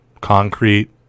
concrete